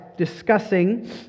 discussing